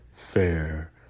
Fair